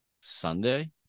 Sunday